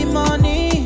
money